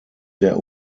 der